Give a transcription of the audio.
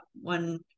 one